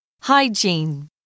Hygiene